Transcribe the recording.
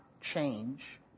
change